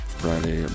friday